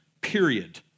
period